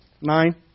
Nine